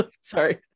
sorry